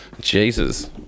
jesus